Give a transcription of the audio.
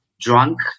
drunk